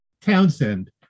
Townsend